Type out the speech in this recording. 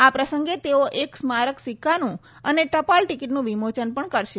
આ પ્રસંગે તેઓ એક સ્મારક સીકકાનું અને ટપાલ ટીકીટનું વિમોચન પણ કરશે